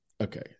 Okay